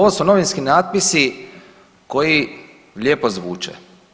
Ovo su novinski natpisi koji lijepo zvuče.